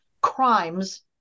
crimes